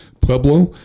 Pueblo